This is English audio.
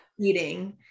eating